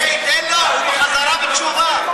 תן לו, הוא בחזרה בתשובה.